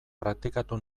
praktikatu